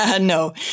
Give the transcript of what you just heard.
No